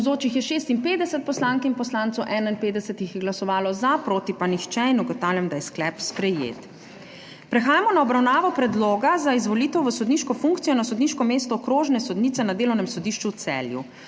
51 jih je glasovalo za, proti pa nihče. (Za je glasovalo 51.) (Proti nihče.) Ugotavljam, da je sklep sprejet. Prehajamo na obravnavo Predloga za izvolitev v sodniško funkcijo na sodniško mesto okrožne sodnice na Delovnem sodišču v Celju.